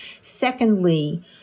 Secondly